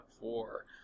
four